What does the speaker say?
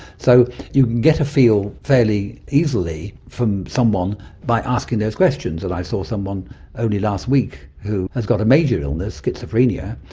so you can get a feel fairly easily from someone by asking those questions. and i saw someone only last week who has got a major illness, schizophrenia,